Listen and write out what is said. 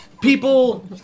people